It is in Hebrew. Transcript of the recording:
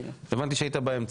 הבנתי שהיית באמצע.